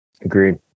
Agreed